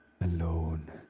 alone